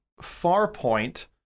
Farpoint